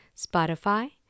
Spotify